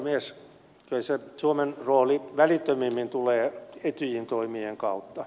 kyllä se suomen rooli välittömimmin tulee etyjin toimien kautta